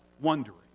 wondering